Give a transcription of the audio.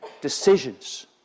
decisions